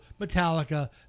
Metallica